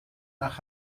nach